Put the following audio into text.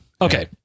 Okay